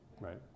right